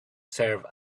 serve